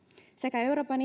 sekä euroopan